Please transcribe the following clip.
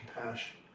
compassion